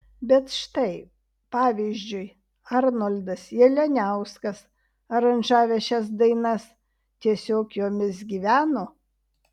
bet štai pavyzdžiui arnoldas jalianiauskas aranžavęs šias dainas tiesiog jomis gyveno